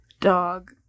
dog